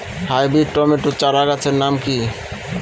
Hybrid tomato চারাগাছের নাম কি?